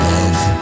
Love